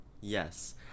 Yes